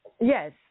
Yes